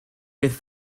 beth